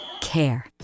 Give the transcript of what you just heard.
Care